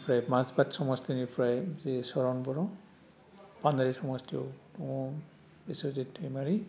फ्राय माजबाद समस्तिनिफ्राय जेरै चरण बर' पानेरि समस्तिआव दङ बिश्वजित दैमारी